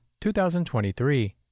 2023